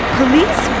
police